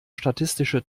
statistische